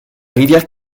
rivière